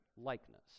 likeness